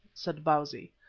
said bausi.